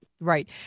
Right